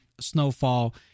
snowfall